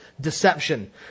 deception